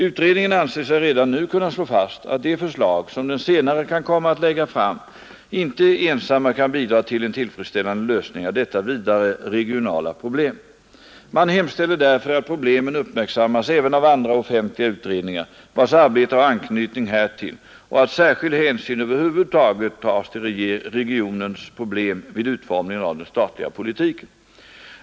Utredningen anser sig redan nu kunna slå fast att de förslag som den senare kan komma att lägga fram inte ensamma kan bidra till en tillfredsställande lösning av detta vidare, regionala problem. Man hemställer därför att problemen uppmärksammas även av andra offentliga utredningar, vilkas arbete har anknytning härtill, och att särskild hänsyn över huvud taget tas till regionens problem vid utformningen av den statliga politiken.